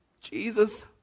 Jesus